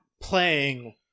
playing